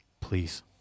please